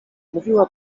mówiła